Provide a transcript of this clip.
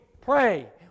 pray